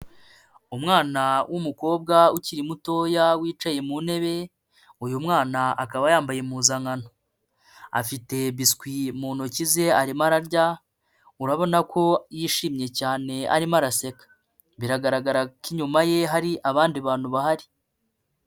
Umwana w'umukobwa ukiri mutoya wicaye mu ntebe, uyu mwana akaba yambaye impuzankano. Afite biswi mu ntoki ze arimo ararya, urabona ko yishimye cyane arimo araseka. Biragaragara ko inyuma ye hari abandi bantu bahari.